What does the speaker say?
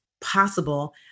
possible